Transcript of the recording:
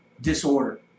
disorder